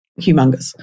Humongous